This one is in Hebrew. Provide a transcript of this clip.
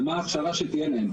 ומה ההכשרה שתהיה להם?